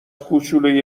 کوچلوی